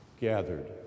gathered